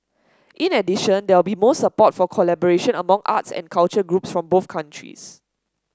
in addition there will be more support for collaboration among arts and culture groups from both countries